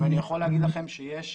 ואני יכול לומר לכם שיש